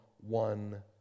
one